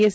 S